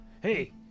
Hey